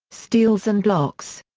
steals and blocks.